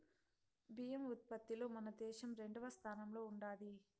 బియ్యం ఉత్పత్తిలో మన దేశం రెండవ స్థానంలో ఉండాది